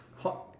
hot